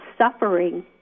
suffering